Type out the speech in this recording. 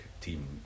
team